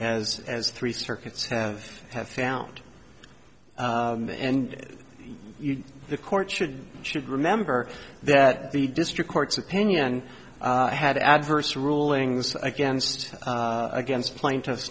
as as three circuits have have found and the court should should remember that the district court's opinion had adverse rulings against against plaintiffs